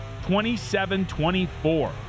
27-24